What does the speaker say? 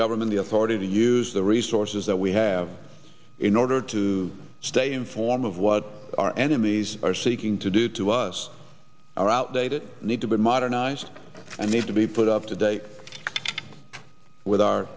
government the authority to use the resources that we have in order to stay informed of what our enemies are seeking to do to us are outdated need to be modernized and need to be put up today with our